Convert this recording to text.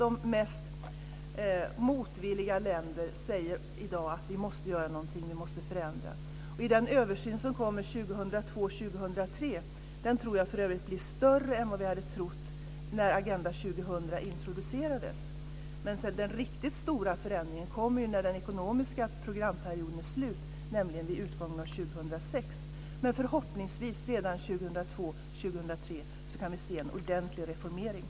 De mest motvilliga länderna säger i dag att vi måste göra någonting, vi måste förändra. Den översyn som kommer 2002-2003 blir större än vi trodde när Agenda 2000 introducerades. Den riktigt stora förändringen kommer när den ekonomiska programperioden är slut, nämligen vid utgången av 2006. Förhoppningsvis kan vi se en ordentlig reformering redan 2002-2003.